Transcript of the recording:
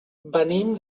venim